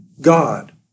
God